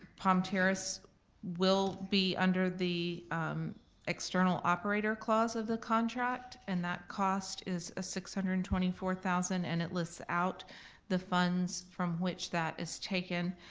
palm terrace will be under the external operator clause of the contract and that cost is ah six hundred and twenty four thousand and it lists out the funds from which that is taken.